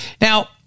Now